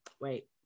wait